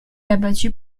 abattu